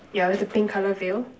yeah with the pink color veil